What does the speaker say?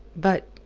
but.